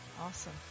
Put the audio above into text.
Awesome